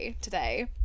today